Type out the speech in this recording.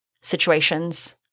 situations